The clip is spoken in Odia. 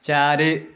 ଚାରି